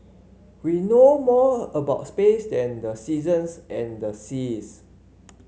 we know more about space than the seasons and the seas